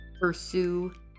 pursue